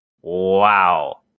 Wow